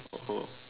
oh